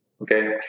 Okay